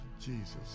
Jesus